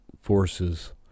forces